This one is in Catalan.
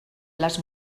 les